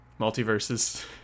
multiverses